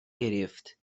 گرفت